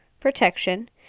protection